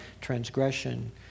transgression